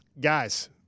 Guys